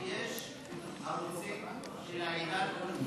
יש ערוצים של עידן פלוס.